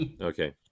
okay